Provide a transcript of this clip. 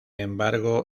embargo